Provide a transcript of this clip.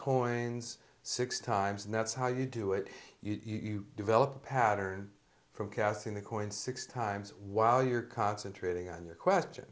coins six times and that's how you do it you develop a pattern from casting the coin six times while you're concentrating on your question